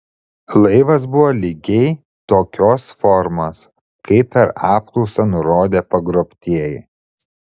laivas buvo lygiai tokios formos kaip per apklausą nurodė pagrobtieji